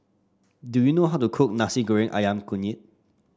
do you know how to cook Nasi Goreng ayam Kunyit